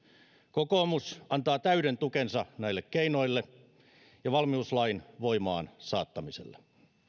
kokoomus antaa täyden tukensa näille keinoille ja valmiuslain voimaansaattamiselle